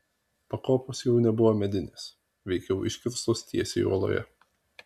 pakopos jau nebuvo medinės veikiau iškirstos tiesiai uoloje